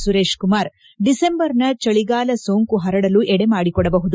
ಸುರೇಶ್ ಕುಮಾರ್ ಡಿಸೆಂಬರ್ನ ಚಳಿಗಾಲ ಸೋಂಕು ಪರಡಲು ಎಡೆ ಮಾಡಿಕೊಡಬಹುದು